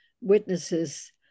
witnesses